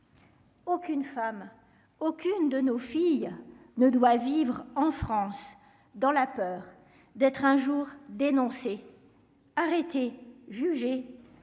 Aucune femme aucune de nos filles ne doit vivre en France, dans la peur d'être un jour dénoncer. Arrêtée, jugée